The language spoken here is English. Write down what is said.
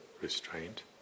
restraint